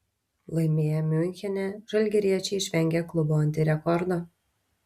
laimėję miunchene žalgiriečiai išvengė klubo antirekordo